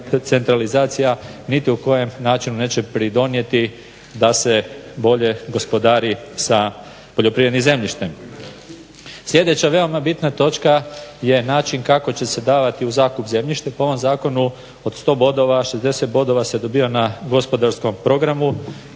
niti u kojem načinu neće pridonijeti da se bolje gospodari sa poljoprivrednim zemljištem. Sljedeća veoma bitna točka je način kako će se davati u zakup zemljište. Po ovom zakonu od 100 bodova, 60 bodova se dobiva na gospodarskom programu.